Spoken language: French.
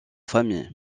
famille